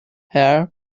hair